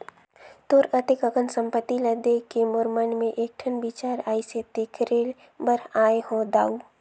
तोर अतेक अकन संपत्ति ल देखके मोर मन मे एकठन बिचार आइसे तेखरे बर आये हो दाऊ